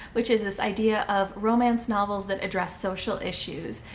which is this idea of romance novels that address social issues,